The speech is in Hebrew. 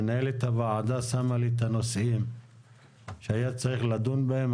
מנהלת הוועדה שמה לי את הנושאים שהיה צריך לדון בהם,